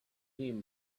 him